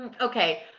Okay